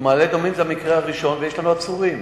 במעלה-אדומים זה המקרה הראשון ויש לנו עצורים.